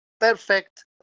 perfect